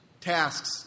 Tasks